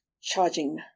charging